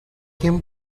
him